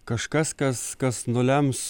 kažkas kas kas nulems